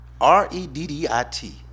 R-E-D-D-I-T